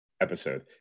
episode